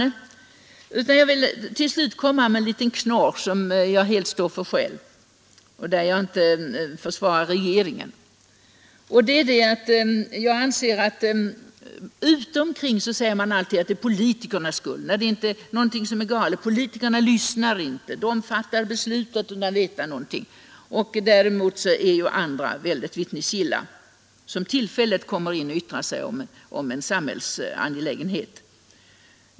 Jag vill i stället till sist komma med en liten knorr som jag helt står för själv och som inte är ett försvar för regeringen, När det är någonting som är galet säger man alltid att det är politikernas skull; politikerna lyssnar inte, de fattar beslut utan att veta någonting. Däremot är andra, som tillfälligt går in och yttrar sig om en samhällsangelägenhet, vittnesgilla.